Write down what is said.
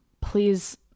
Please